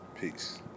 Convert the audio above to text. peace